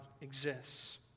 exists